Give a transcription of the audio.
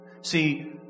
See